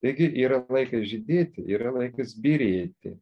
taigi yra laikasė žydėti yra laikas byrėti